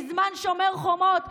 בזמן שומר חומות,